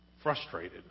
Frustrated